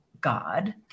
God